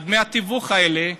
דמי התיווך האלה?